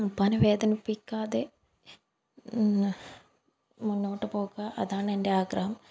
ഉപ്പാനെ വേദനിപ്പിക്കാതെ മുന്നോട്ടു പോകുക അതാണ് എൻ്റെ ആഗ്രഹം